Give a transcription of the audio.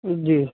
جی